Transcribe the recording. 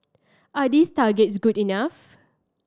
are these targets good enough